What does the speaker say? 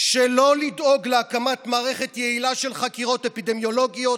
שלא לדאוג להקמת מערכת יעילה של חקירות אפידמיולוגיות,